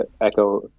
echo